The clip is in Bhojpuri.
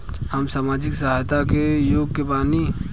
हम सामाजिक सहायता के योग्य बानी?